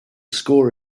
score